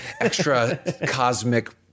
extra-cosmic